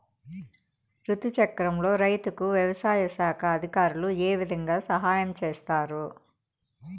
రుతు చక్రంలో రైతుకు వ్యవసాయ శాఖ అధికారులు ఏ విధంగా సహాయం చేస్తారు?